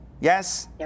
yes